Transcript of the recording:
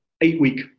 eight-week